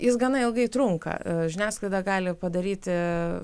jis gana ilgai trunka žiniasklaida gali padaryti